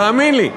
תאמין לי.